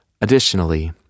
Additionally